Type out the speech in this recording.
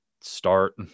start